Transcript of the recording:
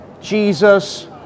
Jesus